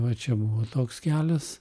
va čia buvo toks kelias